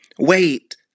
Wait